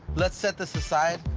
let's set this aside.